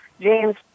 James